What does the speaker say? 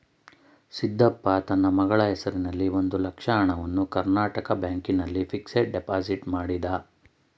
ಸಿದ್ದಪ್ಪ ತನ್ನ ಮಗಳ ಹೆಸರಿನಲ್ಲಿ ಒಂದು ಲಕ್ಷ ಹಣವನ್ನು ಕರ್ನಾಟಕ ಬ್ಯಾಂಕ್ ನಲ್ಲಿ ಫಿಕ್ಸಡ್ ಡೆಪೋಸಿಟ್ ಮಾಡಿದ